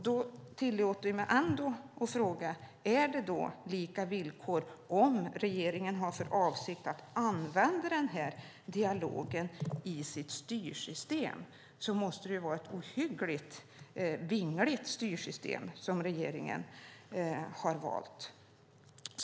Då tillåter jag mig att fråga: Är det lika villkor om regeringen har för avsikt att använda den dialogen i sitt styrsystem? Då måste det vara ett ohyggligt vingligt styrsystem som regeringen har valt.